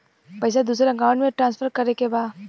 पैसा दूसरे अकाउंट में ट्रांसफर करें के बा?